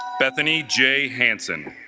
bethany jay hansen